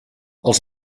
els